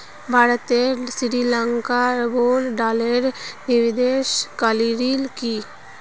भारत श्री लंकात अरबों डॉलरेर निवेश करील की